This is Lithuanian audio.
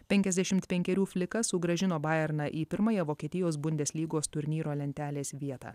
penkiasdešimt penkerių flikas sugrąžino bajerną į pirmąją vokietijos bundeslygos turnyro lentelės vietą